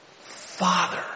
Father